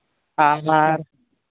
ᱟᱨ